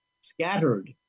scattered